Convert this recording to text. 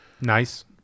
nice